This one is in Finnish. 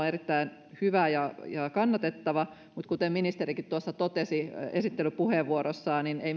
erittäin hyvä ja kannatettava mutta kuten ministerikin totesi esittelypuheenvuorossaan